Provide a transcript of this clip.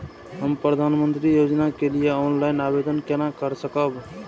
हम प्रधानमंत्री योजना के लिए ऑनलाइन आवेदन केना कर सकब?